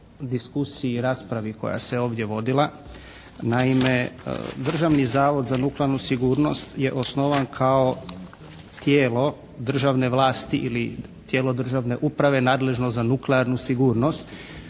diskusiji i raspravi koja se je ovdje vodila. Naime, Državni zavod za nuklearnu sigurnost je osnovan kao tijelo državne vlasti ili tijelo državne uprave nadležno za nuklearnu sigurnost,